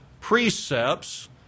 precepts